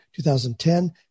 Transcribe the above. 2010